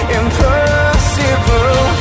impossible